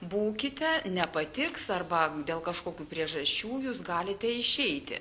būkite nepatiks arba dėl kažkokių priežasčių jūs galite išeiti